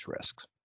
risks